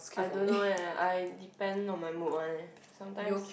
I don't know eh I depend on my mood one eh sometimes